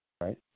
Right